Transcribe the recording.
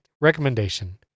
recommendation